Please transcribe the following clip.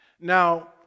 Now